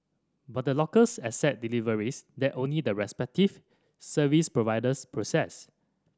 but the lockers accept deliveries that only the respective service providers process